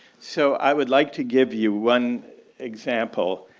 so i would like to give you one example.